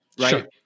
right